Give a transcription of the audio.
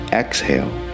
exhale